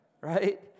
right